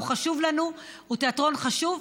הוא חשוב לנו, הוא תיאטרון חשוב,